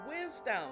wisdom